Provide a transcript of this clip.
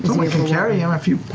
we can carry him if you